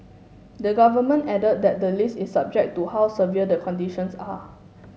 the Government added that the list is subject to how severe the conditions are